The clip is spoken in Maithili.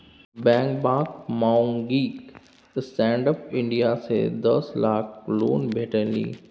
बेंगबाक माउगीक स्टैंडअप इंडिया सँ दस लाखक लोन भेटलनि